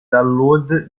download